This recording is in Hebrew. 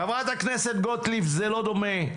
חברת הכנסת גוטליב, זה לא דומה.